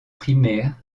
primaires